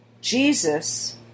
Jesus